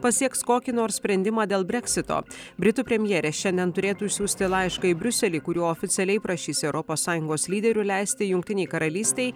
pasieks kokį nors sprendimą dėl breksito britų premjerė šiandien turėtų išsiųsti laišką į briuselį kuriuo oficialiai prašys europos sąjungos lyderių leisti jungtinei karalystei